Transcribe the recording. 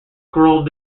scroll